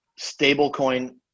stablecoin